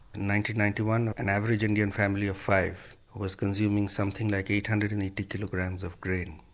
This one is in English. ninety ninety one an average indian family of five was consuming something like eight hundred and eighty kilograms of grain.